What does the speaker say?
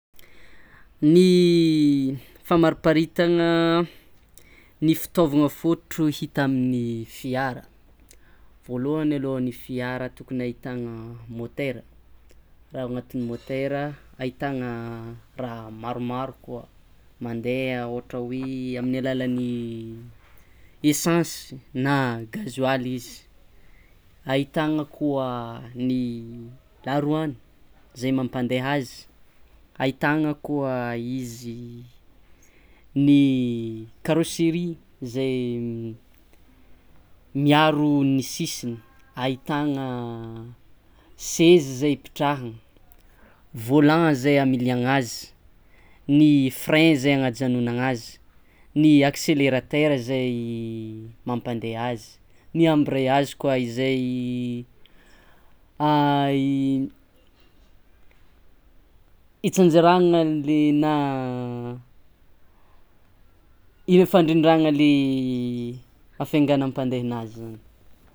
Ny famariparitagna ny fitaovagna fôtotro hita amin'ny fiara vôlohany alaoha ny fiara tokony ahitagna moteur, ao agnatin'ny moteur a ahitagna raha maromaro koa mandaiha ohatra hoe amin'ny alalan'ny essence na gasoil izy, ahitagna koa ny laroàny zay mampandaiha azy, ahitagna koa izy ny carosserie zay miaro ny sisiny, ahitagna sezy zay ipitrahagna, volan zay amiliagna azy, ny frein ay agnajanonagna azy, ny accélerateur zay mampandaiha azy, ny ambraillage koa izay itsanjeragna an'ile na i-fandrindragna le hafenganam-pandaihanazigny.